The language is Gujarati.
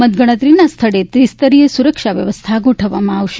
મતગણતરીના સ્થળે ત્રિસ્તરીય સુરક્ષા વ્યવસ્થા ગોઠવવામાં આવશે